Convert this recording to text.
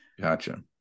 Gotcha